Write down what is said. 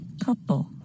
couple